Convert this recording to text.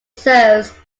serves